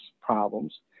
problems